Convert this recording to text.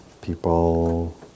people